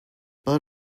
but